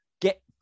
get